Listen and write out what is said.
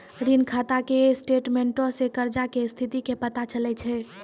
ऋण खाता के स्टेटमेंटो से कर्जा के स्थिति के पता चलै छै